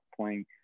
playing